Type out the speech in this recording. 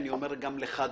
אני אומר גם לך,